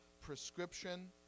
prescription